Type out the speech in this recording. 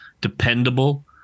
dependable